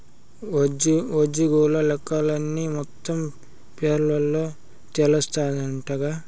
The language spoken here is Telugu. ఉజ్జోగుల లెక్కలన్నీ మొత్తం పేరోల్ల తెలస్తాందంటగా